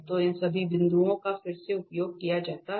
तो इन सभी बिंदुओं का फिर से उपयोग किया जाता है